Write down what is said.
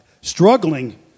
struggling